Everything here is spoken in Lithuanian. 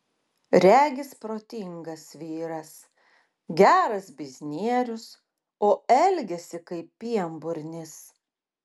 regis protingas vyras geras biznierius o elgiasi kaip pienburnis